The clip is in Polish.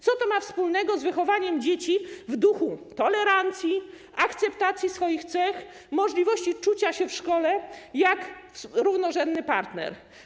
Co to ma wspólnego z wychowaniem dzieci w duchu tolerancji, akceptacji swoich cech, możliwości czucia się w szkole jak równorzędny partner?